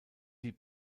die